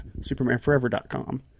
supermanforever.com